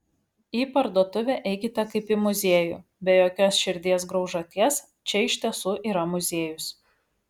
į parduotuvę eikite kaip į muziejų be jokios širdies graužaties čia iš tiesų yra muziejus